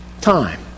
time